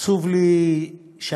עצוב לי שהמדינה,